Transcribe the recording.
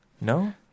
no